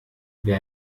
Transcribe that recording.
wer